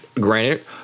Granted